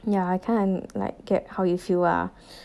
yeah I can't like get how you feel ah